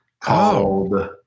called